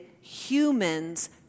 humans